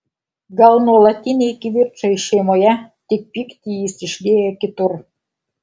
gal nuolatiniai kivirčai šeimoje tik pyktį jis išlieja kitur